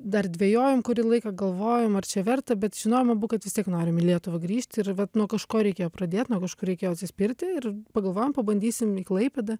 dar dvejojom kurį laiką galvojom ar čia verta bet žinojom abu kad vis tiek norim į lietuvą grįžti ir vat nuo kažko reikėjo pradėt nuo kažo reikėjo atsispirti ir pagalvojom pabandysim į klaipėdą